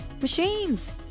machines